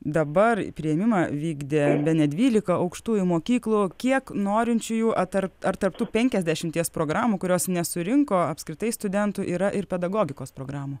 dabar priėmimą vykdė bene dvylika aukštųjų mokyklų kiek norinčiųjų atar ar tarp tų penkiasdešimties programų kurios nesurinko apskritai studentų yra ir pedagogikos programų